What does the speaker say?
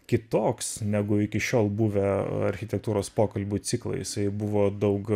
kitoks negu iki šiol buvę architektūros pokalbių ciklai jisai buvo daug